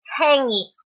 tangy